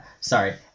sorry